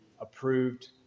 approved